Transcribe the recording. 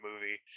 movie